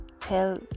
tell